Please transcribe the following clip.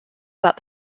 that